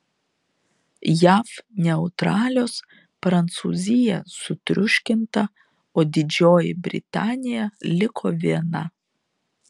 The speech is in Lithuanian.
jav neutralios prancūzija sutriuškinta o didžioji britanija liko viena